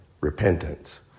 repentance